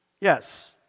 Yes